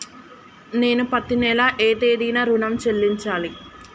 నేను పత్తి నెల ఏ తేదీనా ఋణం చెల్లించాలి?